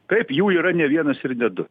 taip jų yra ne vienas ir ne du